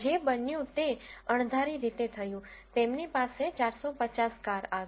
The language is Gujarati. જે બન્યું તે અણધારી રીતે થયું તેમની પાસે 450 કાર આવી